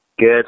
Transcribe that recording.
good